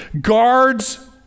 guards